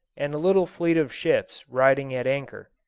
and a little fleet of ships riding at anchor.